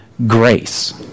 grace